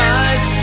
eyes